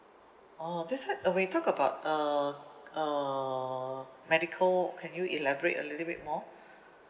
oh this [one] uh when you talk about uh uh medical can you elaborate a little bit more